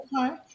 okay